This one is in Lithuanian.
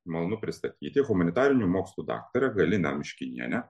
malonu pristatyti humanitarinių mokslų daktarę galiną miškinienę